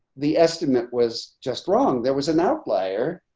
the estimate was just wrong. there was an outlier.